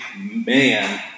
man